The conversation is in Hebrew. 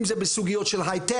אם זה בסוגיות של הייטק,